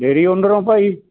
ਭਾਈ